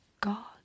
God